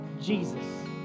Jesus